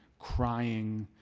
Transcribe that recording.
crying,